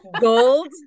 gold